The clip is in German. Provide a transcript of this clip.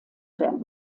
werden